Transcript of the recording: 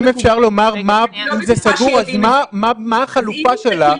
ואם אפשר לומר, אם זה סגור, מה החלופה שלך.